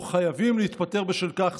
או חייבים להתפטר, בשל כך.